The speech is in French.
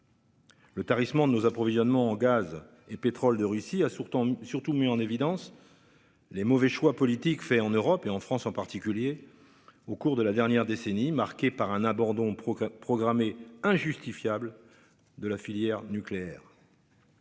Le tarissement de nos approvisionnements en gaz et pétrole de Russie a surtout surtout mis en évidence. Les mauvais choix politiques fait en Europe et en France en particulier au cours de la dernière décennie marquée par un Bordeaux Pro quatre programmée injustifiable de la filière nucléaire.